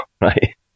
right